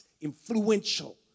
influential